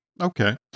okay